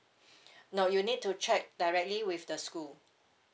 no you need to check directly with the school